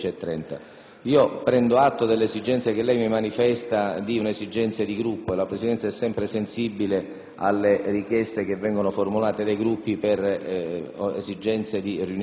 Prendo atto dell'esigenza che mi manifesta a nome del suo Gruppo: la Presidenza è sempre sensibile alle richieste che vengono formulate dai Gruppi per esigenze di riunioni interne.